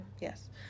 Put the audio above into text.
yes